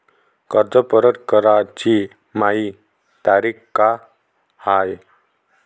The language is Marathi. कर्ज परत कराची मायी तारीख का हाय?